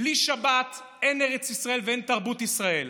בלי שבת אין ארץ ישראל ואין תרבות ישראל.